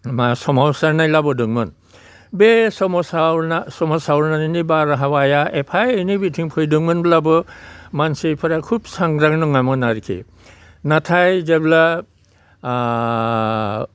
मा सोमावसारनाय लाबोदोंमोन बे सोमावसारनायनि बारहावाया एफा एनै बिथिं फैदोंमोनब्लाबो मानसिफोरा खोब सांग्रां नङामोन आरोखि नाथाय जेब्ला